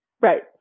Right